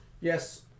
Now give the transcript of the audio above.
Yes